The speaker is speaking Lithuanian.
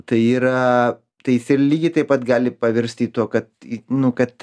tai yra tai is ir lygiai taip pat gali pavirsti tuo kad nu kad